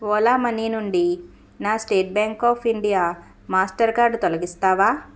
Ola money నుండి నా State Bank of India Mastercard తొలగిస్తావా